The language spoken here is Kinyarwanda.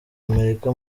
amerika